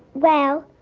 well,